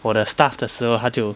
我的 staff 的时候他就